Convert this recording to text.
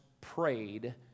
prayed